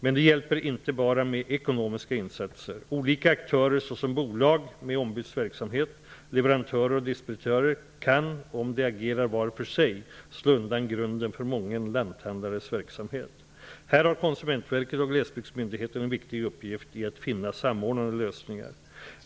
Men det hjälper inte med bara ekonomiska insatser. Olika aktörer såsom bolag med ombudsverksamhet, leverantörer och distributörer kan -- om de agerar var för sig -- slå undan grunden för mången lanthandlares verksamhet. Här har Konsumentverket och Glesbygdsmyndigheten en viktig uppgift i att finna samordnade lösningar.